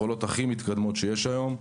עם היכולות הכי מתקדמות שיש היום.